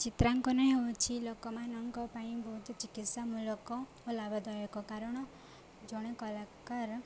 ଚିତ୍ରାଙ୍କନ ହେଉଛି ଲୋକମାନଙ୍କ ପାଇଁ ବହୁତ ଚିକିତ୍ସାମୂଳକ ଓ ଲାଭଦାୟକ କାରଣ ଜଣେ କଳାକାର